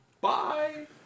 bye